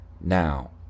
now